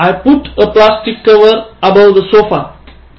I put a plastic cover above the sofa